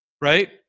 Right